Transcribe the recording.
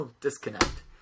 disconnect